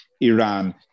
Iran